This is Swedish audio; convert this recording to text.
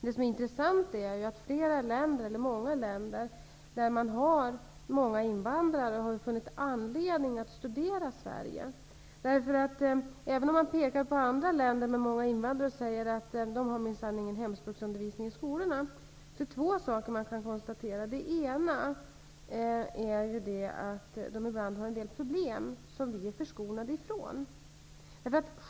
Det intressanta är att många länder, där det finns många invandrare, har funnit anledning att studera Sverige. Även om man pekar på länder som har många invandrare och säger att där finns minsann ingen hemspråksundervisning i skolorna, är det två saker som vi kan konstatera. Den ena är att man i de länderna ibland har problem som vi är förskonade ifrån.